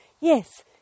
yes